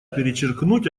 перечеркнуть